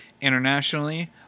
Internationally